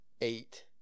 eight